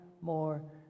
more